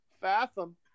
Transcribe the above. Fathom